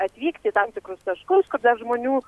atvykt į tam tikrus taškus kur dar žmonių